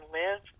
live